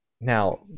Now